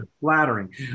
flattering